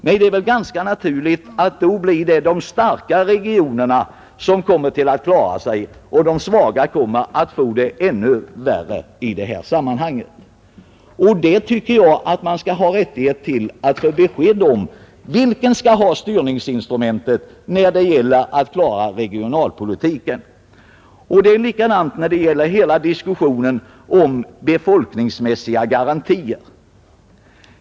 Nej, det är väl ganska naturligt att det är de starka kommunerna som kommer att klara sig, medan de svaga får det ännu värre. Jag tycker därför att vi har rätt att kräva ett besked om vem man anser skall förfoga över styrningsinstrumenten för att klara regionalpolitiken. Det är likadant när det gäller hela denna diskussion om befolkningsmässiga garantier.